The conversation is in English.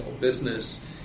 business